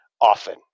often